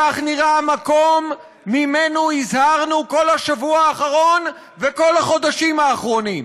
כך נראה המקום שממנו הזהרנו כל השבוע האחרון וכל החודשים האחרונים.